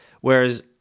Whereas